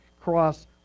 cross